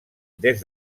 des